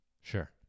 Sure